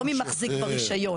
לא מי מחזיק ברישיון.